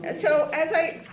and so as i.